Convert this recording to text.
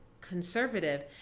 conservative